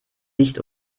nicht